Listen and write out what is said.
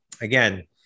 again